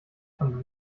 von